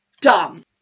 Dumb